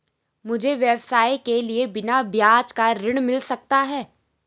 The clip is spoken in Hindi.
मुझे व्यवसाय के लिए बिना ब्याज का ऋण मिल सकता है?